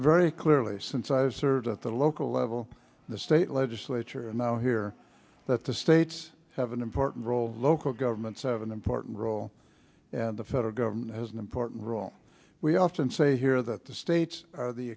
very clearly since i've served at the local level in the state legislature and now here that the states have an important role local governments have an important role and the federal government has an important role we often say here that the states